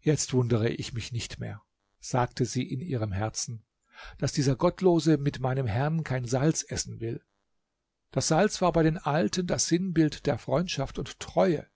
jetzt wundere ich mich nicht mehr sagte sie in ihrem herzen daß dieser gottlose mit meinem herrn kein salz essen will das salz war bei den alten das sinnbild der freundschaft und treue